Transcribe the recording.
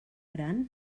gran